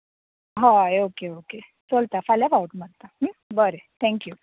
हय okay okay चलता फाल्यां फावट मारतां बरें थॅंक यू